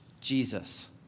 Jesus